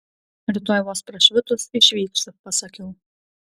rytoj vos prašvitus išvyksiu pasakiau